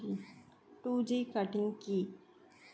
Two G cutting কি?